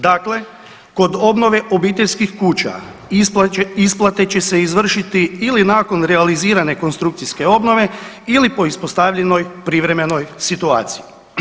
Dakle, kod obnove obiteljskih kuća isplate će se izvršiti ili nakon realizirane konstrukcijske obnove ili po ispostavljenoj privremenoj situaciji.